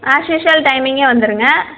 as usual டைமிங்கே வந்துடுங்க